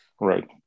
Right